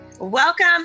Welcome